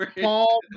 Paul